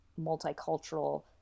multicultural